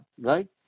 right